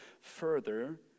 further